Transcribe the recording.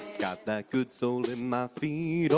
got that good soul in my